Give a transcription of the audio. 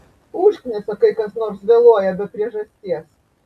užknisa kai kas nors vėluoja be priežasties